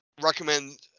recommend